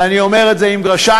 ואני אומר את זה עם מירכאות,